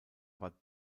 war